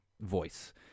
voice